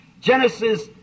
Genesis